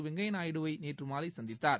வெங்கைய நாயுடுவை நேற்று மாலை சந்தித்தார்